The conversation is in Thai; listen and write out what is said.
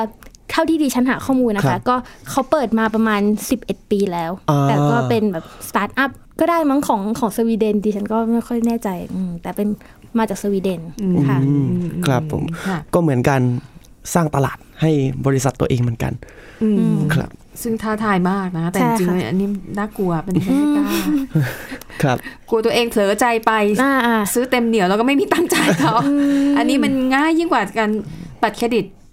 เท่าที่ดิฉันหาข้อมูลนะคะครับก็เขาเปิดมาประมาณ11ปีแล้วอ่าแต่ก็เป็นแบบสตาร์ทอัพก็ได้มั้งของ- ของสวีเดนดิฉันก็ไม่ค่อยแน่ใจอืมแต่เป็นมาจากสวีเดนค่ะอืมครับผมค่ะก็เหมือนกันสร้างตลาดให้บริษัทตัวเองเหมือนกันอืมครับซึ่งท้าทายมากนะแต่ใช่จริงๆอันนี้น่ากลัวเป็นไปไม่ได้อืมครับกลัวตัวเองเผลอใจไปอ่า ซื้อเต็มเหนี่ยวแล้วก็ไม่มีตังค์จ่ายต่ออืมอันนี้มันง่ายยิ่งกว่าการบัตรเครดิต